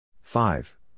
Five